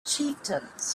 chieftains